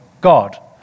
God